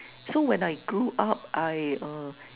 so when I grew up I err